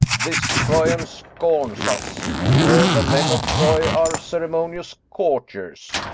this troyan scorns us, or the men of troy are ceremonious courtiers.